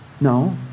No